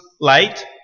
late